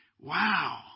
wow